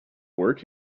work